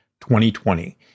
2020